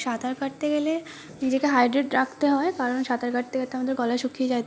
সাঁতার কাটতে গেলে নিজেকে হাইড্রেট রাখতে হয় কারণ সাঁতার কাটতে কাটতে আমাদের গলা শুকিয়ে যায় তো